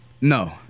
No